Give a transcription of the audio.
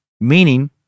meaning